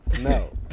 No